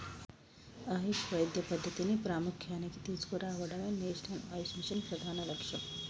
ఆయుష్ వైద్య పద్ధతిని ప్రాముఖ్య్యానికి తీసుకురావడమే నేషనల్ ఆయుష్ మిషన్ ప్రధాన లక్ష్యం